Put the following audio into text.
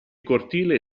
cortile